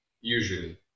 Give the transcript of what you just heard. usually